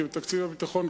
כי בתקציב הביטחון,